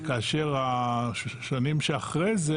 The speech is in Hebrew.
וכאשר השנים שאחרי זה,